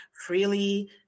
freely